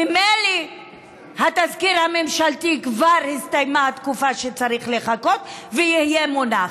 ממילא התזכיר הממשלתי כבר הסתיימה התקופה שצריך לחכות ויהיה מונח.